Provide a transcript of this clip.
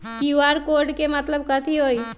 QR code के मतलब कथी होई?